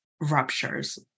ruptures